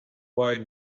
wide